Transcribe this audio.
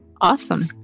Awesome